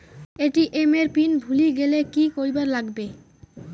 ATM এর PIN ভুলি গেলে কি করিবার লাগবে?